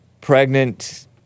pregnant